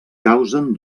causen